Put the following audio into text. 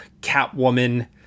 Catwoman